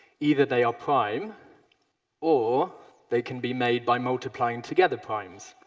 either they are prime or they can be made by multiplying together primes.